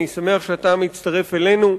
אני שמח שאתה מצטרף אלינו.